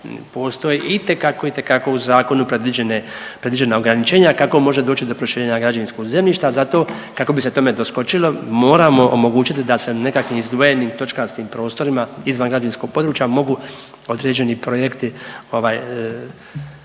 postoji itekako, itekako u zakonu predviđena ograničenja kako može doći do proširenja građevinskog zemljišta. Zato kako bi se tome doskočilo moramo omogućiti da se nekakvim izdvojenim točkastim prostorima izvan građevinskog područja mogu određeni projekti